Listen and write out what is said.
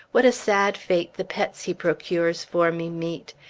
what a sad fate the pets he procures for me meet!